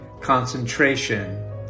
concentration